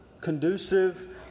conducive